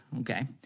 Okay